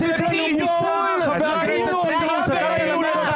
אלים ------ די,